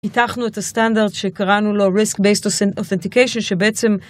פיתחנו את הסטנדרט שקראנו לו Risk Based Authentication שבעצם